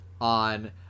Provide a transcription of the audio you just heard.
on